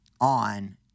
on